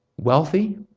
wealthy